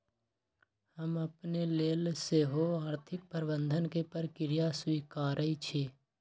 हम अपने लेल सेहो आर्थिक प्रबंधन के प्रक्रिया स्वीकारइ छी